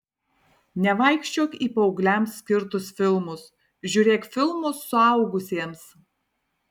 nevaikščiok į paaugliams skirtus filmus žiūrėk filmus suaugusiems